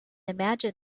imagine